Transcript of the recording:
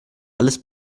alles